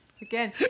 Again